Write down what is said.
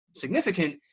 significant